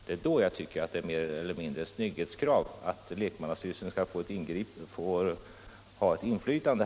Det är då jag tycker att det mer eller mindre bör vara ett snygghetskrav att lekmannastyrelsen skall få ha ett inflytande.